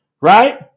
right